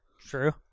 True